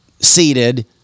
seated